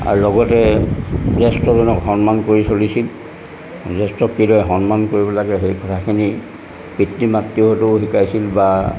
আৰু লগতে জ্যেষ্ঠজনক সন্মান কৰি চলিছিল জ্যেষ্ঠক কিদৰে সন্মান কৰিব লাগে সেই কথাখিনি পিতৃ মাতৃহঁতেও শিকাইছিল বা